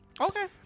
Okay